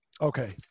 Okay